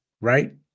right